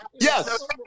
Yes